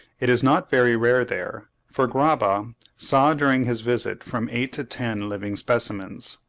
it is not very rare there, for graba saw during his visit from eight to ten living specimens.